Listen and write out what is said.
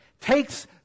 takes